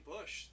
Bush